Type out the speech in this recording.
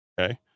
okay